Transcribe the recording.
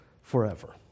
forever